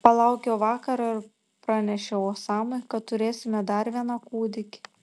palaukiau vakaro ir pranešiau osamai kad turėsime dar vieną kūdikį